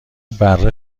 بره